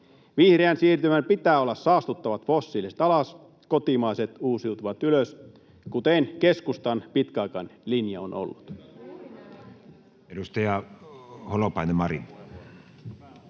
Vihreän siirtymän pitää olla ”saastuttavat fossiiliset alas, kotimaiset uusiutuvat ylös”, kuten keskustan pitkäaikainen linja on ollut.